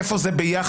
איפה זה ביחס